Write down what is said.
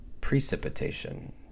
precipitation